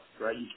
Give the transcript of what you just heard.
right